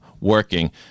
working